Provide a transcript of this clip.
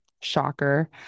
shocker